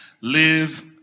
live